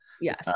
Yes